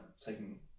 taking